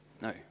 No